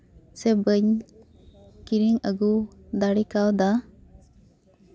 ᱥᱮ ᱵᱟᱹᱧ ᱠᱤᱨᱤᱧ ᱟᱹᱜᱩ ᱫᱟᱲᱮ ᱠᱟᱣᱫᱟ